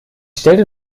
stellte